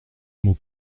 mot